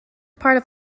part